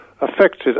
affected